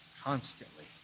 Constantly